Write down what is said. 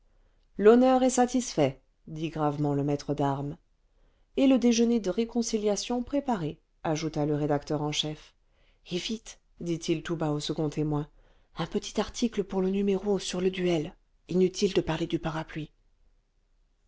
l'honneur est satisfait dit gravement le maître d'armes et le déjeuner de réconciliation préparé ajouta le rédacteur en chef et vite dit-il tout bas au second témoin un petit article pour le numéro sur le duel inutile de parler du parapluie